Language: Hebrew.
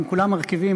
הם כולם מרכיבים,